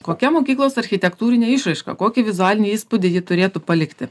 kokia mokyklos architektūrinė išraiška kokį vizualinį įspūdį ji turėtų palikti